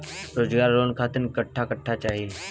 रोजगार लोन खातिर कट्ठा कट्ठा चाहीं?